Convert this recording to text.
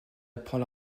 apprend